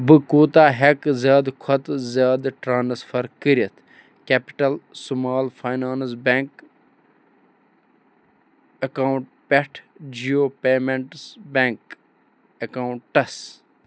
بہٕ کوٗتاہ ہٮ۪کہٕ زیادٕ کھۄتہٕ زیادٕ ٹرٛانسفَر کٔرِتھ capital small finance bank account پٮ۪ٹھ جِیو پیمٮ۪نٛٹٕس بٮ۪نٛک اٮ۪کاوُنٛٹَس